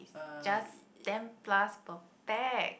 just ten plus per pax